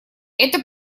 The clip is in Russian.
это